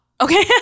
Okay